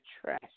trash